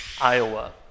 Iowa